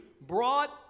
Brought